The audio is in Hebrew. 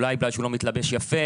אולי בגלל שהוא לא מתלבש יפה,